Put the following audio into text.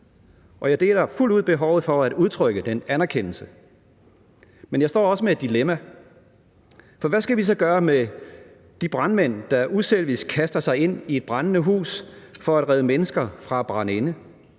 og jeg deler fuldt ud behovet for at udtrykke den anerkendelse. Men jeg står også med et dilemma. For hvad skal vi så gøre med de brandmænd, der uselvisk kaster sig ind i et brændende hus for at redde mennesker fra at brænde